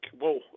whoa